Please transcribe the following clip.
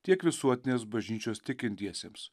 tiek visuotinės bažnyčios tikintiesiems